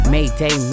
Mayday